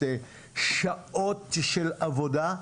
שעות של עבודה,